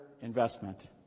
investment